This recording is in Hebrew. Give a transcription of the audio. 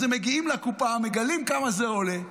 אז הם מגיעים לקופה, מגלים כמה זה עולה,